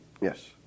Yes